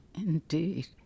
indeed